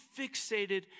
fixated